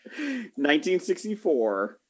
1964